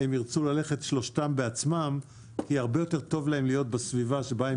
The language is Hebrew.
הם ירצו ללכת שלושתם בעצמם כי הרבה יותר טוב להם להיות בסביבה שבה הם